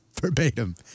verbatim